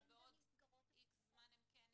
אבל בעוד איקס זמן הם כן יהיו.